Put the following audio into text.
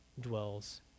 dwells